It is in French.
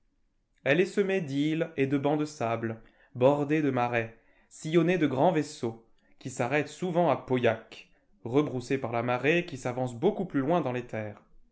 elle est semée d'îles et de bancs de sable bordée de marais sillonnée de grands vaisseaux qui s'arrêtent souvent à pauillac rebroussée par la marée qui s'avance beaucoup plus loin dans les terres